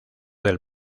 del